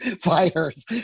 fighters